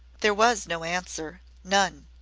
there was no answer none.